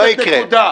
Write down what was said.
נקודה.